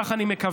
כך אני מקווה,